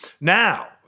Now